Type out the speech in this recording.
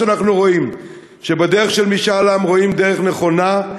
מה שאנחנו רואים הוא שבדרך של משאל עם רואים דרך נכונה: